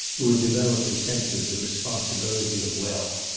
who had developed a sense of the responsibility of wealth,